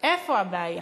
איפה הבעיה